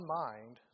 mind